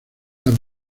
las